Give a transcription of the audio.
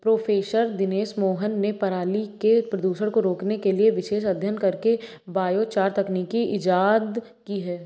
professor Dinesh Mohan ने पराली के प्रदूषण को रोकने के लिए विशेष अध्ययन करके बायोचार तकनीक इजाद की है